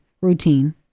routine